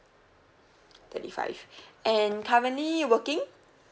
twenty five and currently working